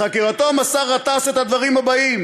בחקירתו מסר גטאס את הדברים הבאים: